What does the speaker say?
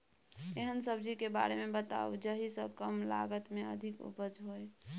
एहन सब्जी के बारे मे बताऊ जाहि सॅ कम लागत मे अधिक उपज होय?